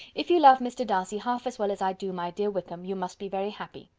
if you love mr. darcy half as well as i do my dear wickham, you must be very happy.